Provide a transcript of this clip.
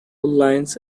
lines